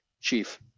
Chief